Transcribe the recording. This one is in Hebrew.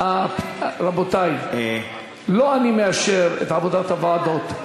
רבותי, לא אני מאשר את עבודת הוועדות.